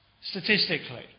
statistically